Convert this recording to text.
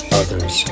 others